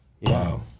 Wow